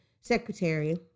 secretary